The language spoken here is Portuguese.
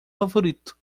favorito